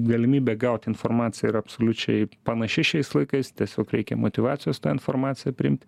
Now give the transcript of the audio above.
galimybė gaut informaciją yra absoliučiai panaši šiais laikais tiesiog reikia motyvacijos tą informaciją priimt